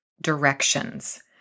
directions